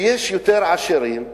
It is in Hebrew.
כשיש יותר עשירים,